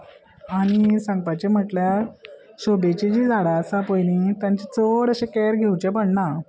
आनी सांगपाचे म्हटल्यार शोबेची जी झाडां आसा पयलीं तांचे चड अशें केर घेवचे पडना